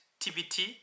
tbt